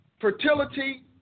fertility